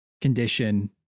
condition